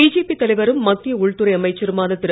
BJP தலைவரும் மத்திய உள்துறை அமைச்சருமான திரு